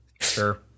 Sure